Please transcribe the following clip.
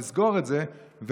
לסגור את זה,